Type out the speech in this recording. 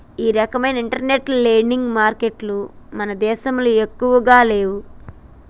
ఈ రకవైన internet lending మారికెట్టులు మన దేశంలో ఎక్కువగా లేవు